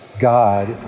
God